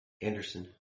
Anderson